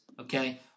okay